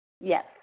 Yes